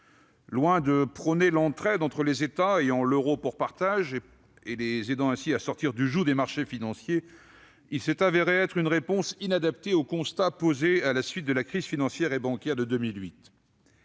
Loin de prôner l'entraide entre les États ayant l'euro pour partage et de les aider ainsi à sortir du joug des marchés financiers, il s'est révélé être une réponse inadaptée aux constats posés à la suite de la crise financière et bancaire de 2008.